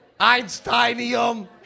Einsteinium